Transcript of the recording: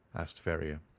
asked ferrier.